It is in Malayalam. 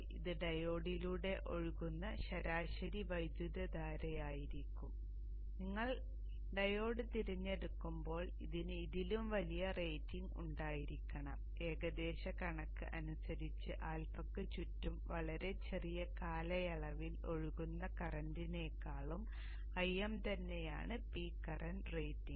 ഇത് ഡയോഡിലൂടെ ഒഴുകുന്ന ശരാശരി വൈദ്യുതധാരയായിരിക്കും നിങ്ങൾ ഡയോഡ് തിരഞ്ഞെടുക്കുമ്പോൾ അതിന് ഇതിലും വലിയൊരു റേറ്റിംഗ് ഉണ്ടായിരിക്കണം ഏകദേശ കണക്ക് അനുസരിച്ച് ആൽഫയ്ക്ക് ചുറ്റും വളരെ ചെറിയ കാലയളവിൽ ഒഴുകുന്ന കറന്റിനേക്കാളും Im തന്നെയാണ് പീക്ക് കറന്റ് റേറ്റിംഗ്